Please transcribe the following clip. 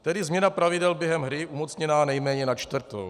Tedy změna pravidel během hry umocněná nejméně na čtvrtou.